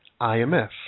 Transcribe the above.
IMF